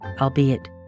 albeit